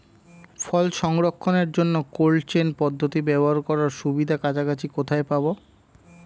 ফল সংরক্ষণের জন্য cold chain পদ্ধতি ব্যবহার করার সুবিধা কাছাকাছি কোথায় পাবো?